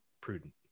prudent